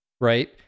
right